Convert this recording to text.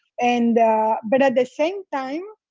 and but at the same time